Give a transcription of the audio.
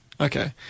Okay